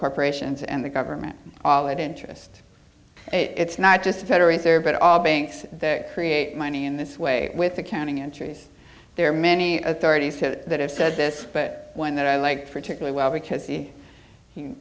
corporations and the government had interest it's not just the federal reserve but all banks that create money in this way with accounting entries there are many authorities to that have said this but when there are like particularly well because the